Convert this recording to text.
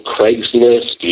Craigslist